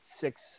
six